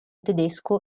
tedesco